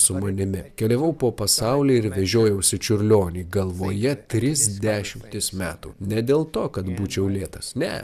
su manimi keliavau po pasaulį ir vežiojausi čiurlionį galvoje tris dešimtis metų ne dėl to kad būčiau lėtas ne